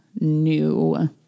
new